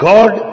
God